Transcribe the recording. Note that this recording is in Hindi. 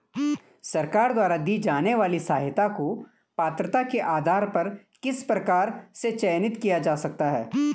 सरकार द्वारा दी जाने वाली सहायता को पात्रता के आधार पर किस प्रकार से चयनित किया जा सकता है?